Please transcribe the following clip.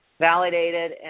validated